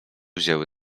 wzięły